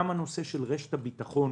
גם הנושא של רשת הביטחון